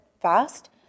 fast